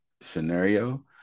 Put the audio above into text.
scenario